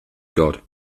god